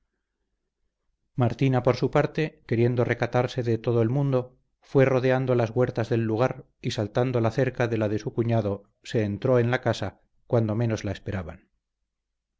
martina por su parte queriendo recatarse de todo el mundo fue rodeando las huertas del lugar y saltando la cerca de la de su cuñado se entró en la casa cuando menos la esperaban